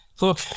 Look